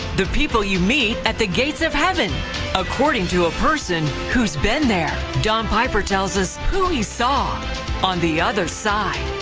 the people you meet at the gates of heaven according to a person who's been there. don piper tells us who he saw on the other side.